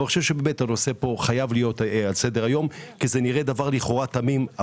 והנושא חייב להיות על סדר-היום כי זה נראה לכאורה תמים,